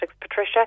Patricia